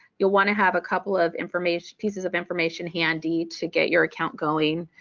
you'll want to have a couple of information pieces of information handy to get your account going.